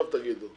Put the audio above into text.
תגידו עכשיו.